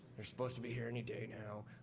they're supposed to be here any day now.